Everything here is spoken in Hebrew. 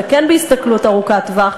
וכן בהסתכלות ארוכת טווח,